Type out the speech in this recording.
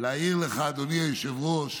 להעיר לך, אדוני היושב-ראש,